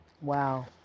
Wow